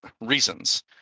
reasons